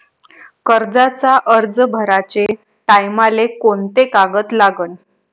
कर्जाचा अर्ज भराचे टायमाले कोंते कागद लागन?